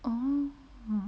um